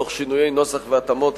תוך שינויי נוסח והתאמות,